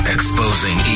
Exposing